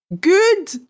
good